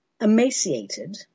emaciated